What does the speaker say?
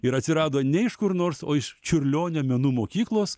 ir atsirado ne iš kur nors o iš čiurlionio menų mokyklos